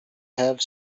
have